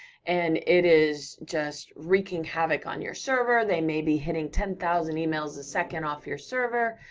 and it is just wreaking havoc on your server, they may be hitting ten thousand emails a second off your server,